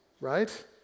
right